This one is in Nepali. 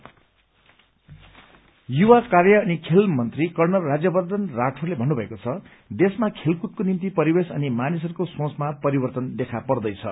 सोर्टस् युवा कार्य अनि खेल मन्त्री कर्णल राज्यवर्छन राठौड़ले भन्नुभएको छ देशमा खेलकूदको निम्ति परिवेश अनि मानिसहरूको सोंचमा परिवर्तन देखा पर्दैछ